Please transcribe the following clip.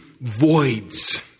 voids